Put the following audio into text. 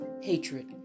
hatred